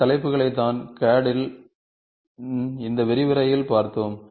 இந்த தலைப்புகளை தான் CADயின் இந்த விரிவுரையில் பார்த்தோம்